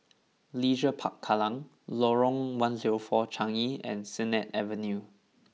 Leisure Park Kallang Lorong One Zero Four Changi and Sennett Avenue